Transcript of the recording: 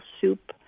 soup